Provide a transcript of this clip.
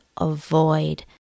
avoid